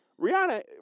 Rihanna